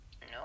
No